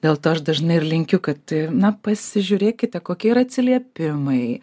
dėl to aš dažnai ir linkiu kad na pasižiūrėkite kokie yra atsiliepimai